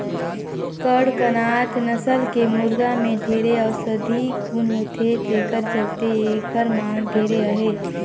कड़कनाथ नसल के मुरगा में ढेरे औसधीय गुन होथे तेखर चलते एखर मांग ढेरे अहे